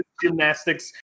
gymnastics